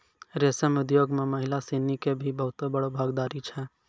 रेशम उद्योग मॅ महिला सिनि के भी बहुत बड़ो भागीदारी छै